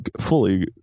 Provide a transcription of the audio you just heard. fully